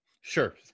Sure